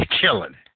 killing